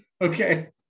Okay